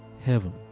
heaven